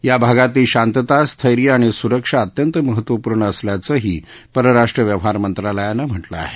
या भागातली शांतता स्थैर्य आणि सुरक्षा अत्यंत महत्त्वपूर्ण असल्याचंही परराष्ट्र व्यवहार मंत्रालयानं म्हालिं आहे